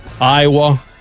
Iowa